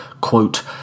quote